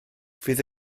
fydd